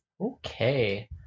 Okay